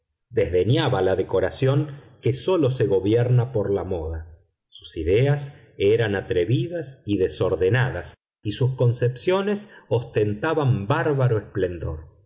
desdeñaba la decoración que sólo se gobierna por la moda sus ideas eran atrevidas y desordenadas y sus concepciones ostentaban bárbaro esplendor